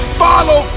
follow